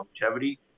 longevity